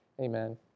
Amen